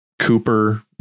Cooper